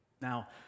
Now